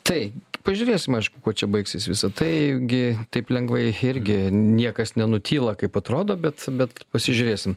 tai pažiūrėsim aišku kuo čia baigsis visa tai gi taip lengvai irgi niekas nenutyla kaip atrodo bet bet pasižiūrėsim